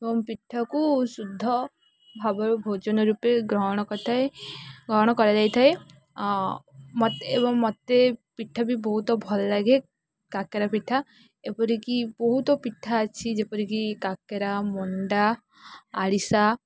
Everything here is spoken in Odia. ଏବଂ ପିଠାକୁ ଶୁଦ୍ଧ ଭାବରେ ଭୋଜନ ରୂପେ ଗ୍ରହଣ କରିଥାଏ ଗ୍ରହଣ କରାଯାଇଥାଏ ମୋତେ ଏବଂ ମୋତେ ପିଠା ବି ବହୁତ ଭଲଲାଗେ କାକରା ପିଠା ଏପରିକି ବହୁତ ପିଠା ଅଛି ଯେପରିକି କାକରା ମଣ୍ଡା ଆରିସା